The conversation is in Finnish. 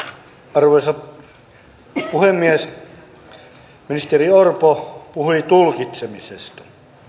arvoisa puhemies ministeri orpo puhui tulkitsemisesta